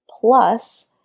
plus